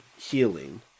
healing